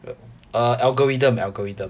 uh algorithm algorithm